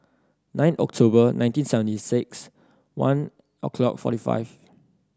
nine October nineteen seventy six one o'clock forty five